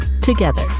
together